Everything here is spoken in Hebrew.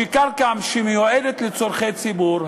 שקרקע שמיועדת לצורכי ציבור,